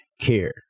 care